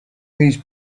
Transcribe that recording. these